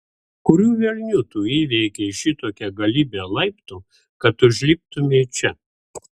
kurių velnių tu įveikei šitokią galybę laiptų kad užliptumei čia